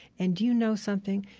and do you know something?